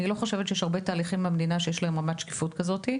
אני לא חושבת שיש הרבה תהליכים במדינה שיש להם רמת שקיפות כזאת.